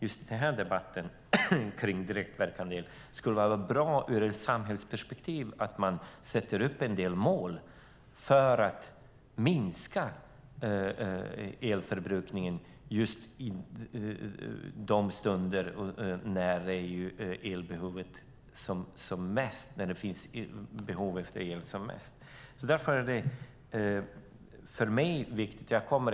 I debatten om direktverkande el vore det bra ur ett samhällsperspektiv om man sätter upp en del mål för att minska elförbrukningen just de stunder när behovet av el är som störst. Det är viktigt för mig.